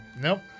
Nope